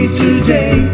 today